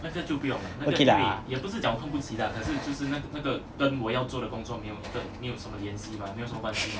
okay lah